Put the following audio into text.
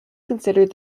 considered